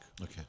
okay